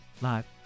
Live